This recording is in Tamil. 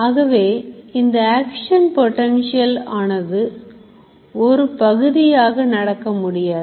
ஆகவே இந்த action potential ஆனது ஒரு பகுதியாக நடக்க முடியாது